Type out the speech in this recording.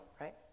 right